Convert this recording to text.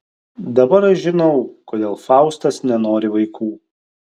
dabar aš žinau kodėl faustas nenori vaikų